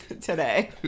today